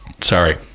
sorry